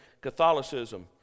Catholicism